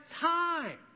time